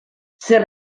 zer